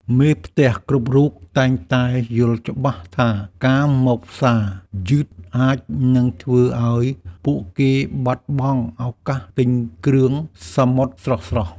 មេផ្ទះគ្រប់រូបតែងតែយល់ច្បាស់ថាការមកផ្សារយឺតអាចនឹងធ្វើឱ្យពួកគេបាត់បង់ឱកាសទិញគ្រឿងសមុទ្រស្រស់។